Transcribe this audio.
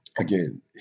Again